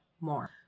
more